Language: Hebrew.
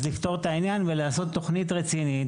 אז לפתור את העניין ולעשות תוכנית רצינית,